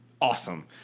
Awesome